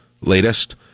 latest